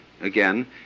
again